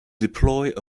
deploy